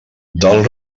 del